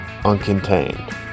uncontained